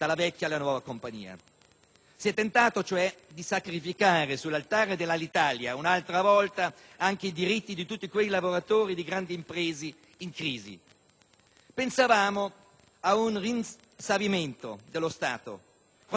Si era tentato, cioè, di sacrificare sull'altare dell'Alitalia un'altra volta anche i diritti di tutti quei lavoratori di grandi imprese in crisi. Pensavamo ad un rinsavimento dello Stato quando c'è stata questa soppressione